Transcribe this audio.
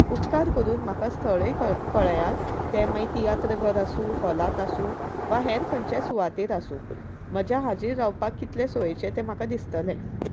उपकार करून म्हाका स्थळूय क कळयात ते मागीर तियात्र घर आसूं हॉलात आसूं वा हेर खंयचे सुवातेर आसूं म्हज्या हाजेर रावपाक कितले सोयेचें तें म्हाका दिसतले